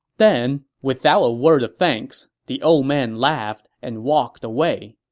then, without a word of thanks, the old man laughed and walked away,